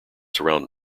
surround